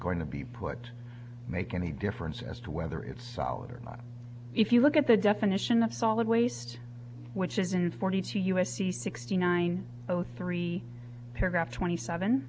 going to be put make any difference as to whether it's solid or not if you look at the definition of solid waste which is in forty two u s c sixty nine zero three paragraph twenty seven